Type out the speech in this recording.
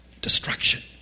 destruction